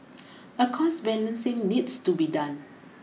a cost balancing needs to be done